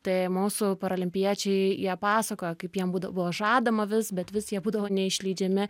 tai mūsų parolimpiečiai jie pasakojo kaip jiem būdavo žadama vis bet vis jie būdavo neišleidžiami